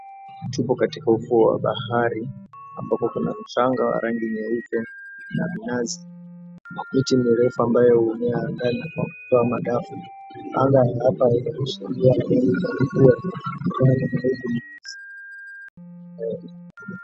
Tupo katika ufuo wa bahari ambapo kuna mchanga wa rangi nyeupe na minazi, makuti mirefu ambayo hutumiwa kwa kutoa madafu anga ya hapa inaashiria dalili za mvua maana mawingu ni meusi.